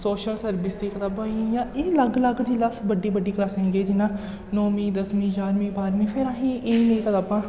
social service दी कताबां होई गेइयां एह् अलग अलग जिल्लै अस बड्डी बड्डी क्लासें च गे जि'यां नौमीं दसमीं ञाह्रमीं बाह्रमीं फिर असें गी एह् जेही कताबां